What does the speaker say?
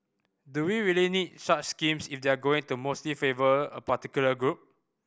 do we really need such schemes if they're going to mostly favour a particular group